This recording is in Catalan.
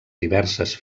diverses